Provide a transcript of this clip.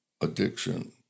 addiction